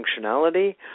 functionality